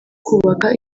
kubaka